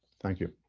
thank you.